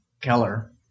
Keller